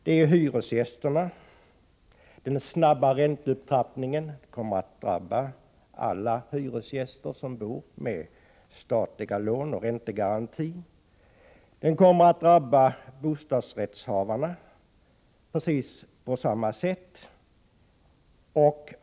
Det är bl.a. hyresgästerna. Den snabba ränteupptrappningen kommer att drabba alla hyresgäster som bor i hus med statliga lån och räntegaranti. Den kommer att drabba bostadsrättshavarna på precis samma sätt.